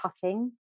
cutting